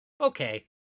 okay